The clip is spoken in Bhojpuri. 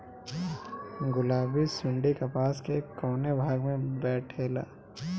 गुलाबी सुंडी कपास के कौने भाग में बैठे ला?